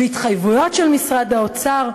והתחייבויות של משרד האוצר,